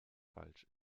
falsch